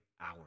Hour